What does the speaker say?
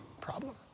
Problem